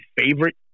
favorite